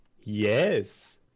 Yes